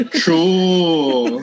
true